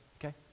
Okay